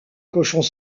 cochons